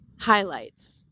Highlights